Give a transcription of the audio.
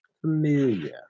Familiar